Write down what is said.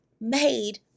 made